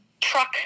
truck